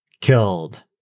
killed